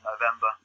November